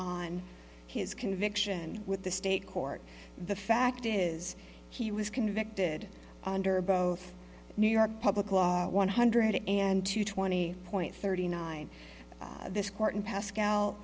on his conviction with the state court the fact is he was convicted under both new york public law one hundred and two twenty point thirty nine this court in pascal